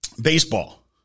Baseball